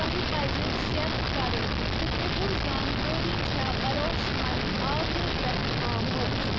تۄہہِ پزِ سیک كرُن زِ تُہنٛز زانكٲری چھےٚ بروسہٕ مند آگرِ پٮ۪ٹھ آمٕژ